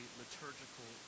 liturgical